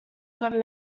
good